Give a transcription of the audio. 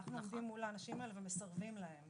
אנחנו עומדים מול האנשים האלה ומסרבים להם.